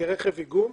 כרכב איגום.